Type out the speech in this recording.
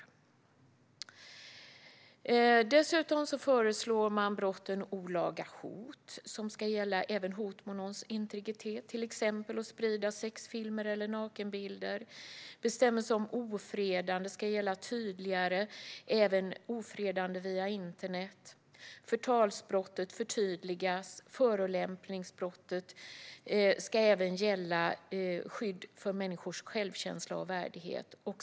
Ett starkt straffrättsligt skydd för den person-liga integriteten Dessutom föreslås att brottet olaga hot även ska gälla hot mot någons integritet, till exempel genom att sprida sexfilmer eller nakenbilder. Bestämmelsen om ofredande ska tydligare än i dag även gälla ofredanden via internet. Rubriceringen förtalsbrott förtydligas, och förolämpningsbrott ska även gälla skydd av människors självkänsla och värdighet.